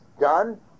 done